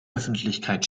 öffentlichkeit